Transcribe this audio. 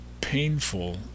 painful